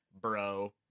bro